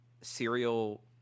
serial